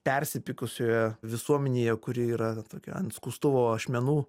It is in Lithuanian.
persipykusioje visuomenėje kuri yra tokia ant skustuvo ašmenų